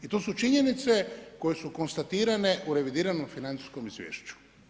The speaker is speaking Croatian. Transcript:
I to su činjenice koje su konstatirane u revidiranom financijskom izvješću.